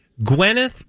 Gwyneth